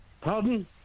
Pardon